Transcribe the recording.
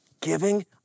Giving